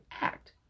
act